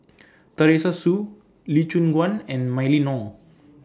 Teresa Hsu Lee Choon Guan and Mylene Ong